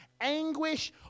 anguish